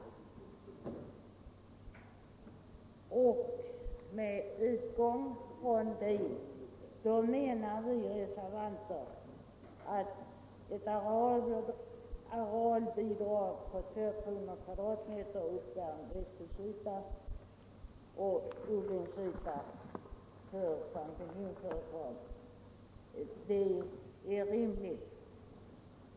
Med utgångspunkt i det menar vi reservanter att ett arealbidrag på 2 kr./m' uppvärmd odlingsyta vid växthusoch champinjonodling är rimligt.